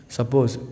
Suppose